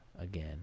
again